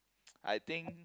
I think